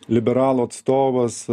liberalų atstovas